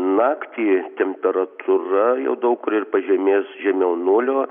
naktį temperatūra jau daug kur ir pažemės žemiau nulio